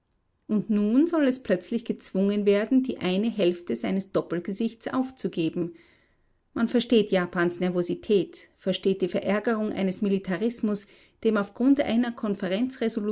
und nun soll es plötzlich gezwungen werden die eine hälfte seines doppelgesichts aufzugeben man versteht japans nervosität versteht die verärgerung eines militarismus dem auf grund einer